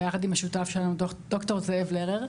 ויחד עם השותף שלנו, ד"ר זאב לרר.